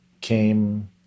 came